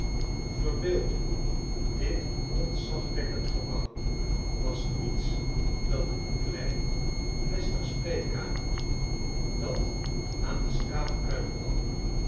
verbeeld u dit ontzagwekkend gebouw was niets dan een klein nestig spreekkamertje dat aan de straat uitkwam